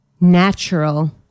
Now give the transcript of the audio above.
natural